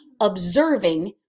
observing